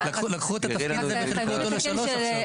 לקחו את התפקיד הזה וחילקו אותו לשלושה עכשיו.